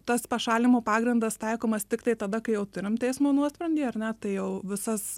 tas pašalinimo pagrindas taikomas tiktai tada kai jau turim teismo nuosprendį ar ne tai jau visas